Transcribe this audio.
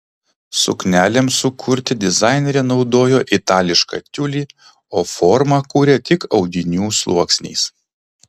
suknelėms sukurti dizainerė naudojo itališką tiulį o formą kūrė tik audinių sluoksniais